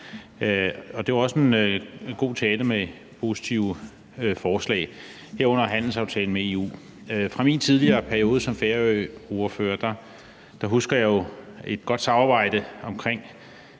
Det var også en god tale med positive forslag, herunder handelsaftalen med EU. Fra min tidligere periode som færøordfører husker jeg jo et godt samarbejde omkring